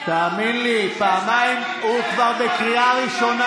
שש פעמים הוא צעק, שקט.